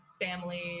family